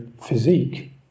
physique